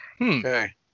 Okay